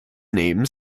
name